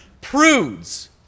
prudes